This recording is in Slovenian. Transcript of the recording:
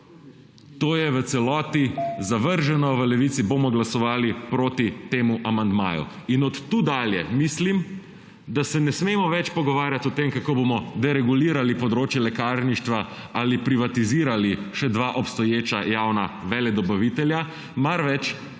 To je v celoti zavržno, v Levici bomo glasovali proti temu amandmaju in od tukaj dalje mislim, da se ne smemo več pogovarjati o tem, kako bomo deregulirali področje lekarništva ali privatizirali še dva obstoječa javna veledobavitelja, marveč kako